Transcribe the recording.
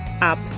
up